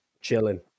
chilling